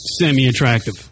semi-attractive